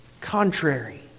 contrary